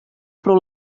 pro